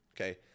Okay